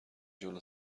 جلو